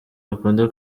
bakunda